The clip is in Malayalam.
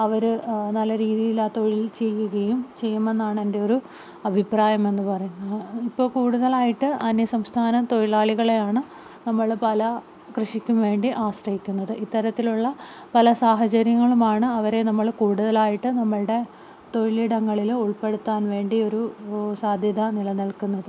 അവര് നല്ല രീതിയില് ആ തൊഴിൽ ചെയ്യുകയും ചെയ്യുമെന്നാണ് എൻ്റെയൊരു അഭിപ്രായമെന്ന് പറയുന്നത് ഇപ്പോള് കൂടുതലായിട്ട് അന്യസംസ്ഥാന തൊഴിലാളികളെയാണ് നമ്മള് പല കൃഷിക്കും വേണ്ടി ആശ്രയിക്കുന്നത് ഇത്തരത്തിലുള്ള പല സാഹചര്യങ്ങളുമാണ് അവരെ നമ്മള് കൂടുതലായിട്ട് നമ്മുടെ തൊഴിലിടങ്ങളില് ഉൾപ്പെടുത്താൻ വേണ്ടി ഒരു സാധ്യത നിലനിൽക്കുന്നത്